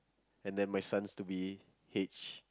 and then my sons to be H